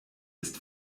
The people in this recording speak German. ist